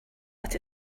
but